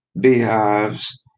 beehives